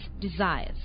desires